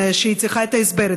היא צריכה את ההסבר,